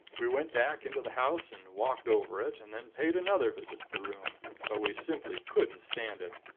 we went back into the house, and walked over it, and then paid another visit to the room. but we simply couldn't stand it.